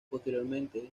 posteriormente